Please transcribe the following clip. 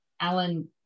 Alan